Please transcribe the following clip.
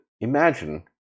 imagine